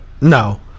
No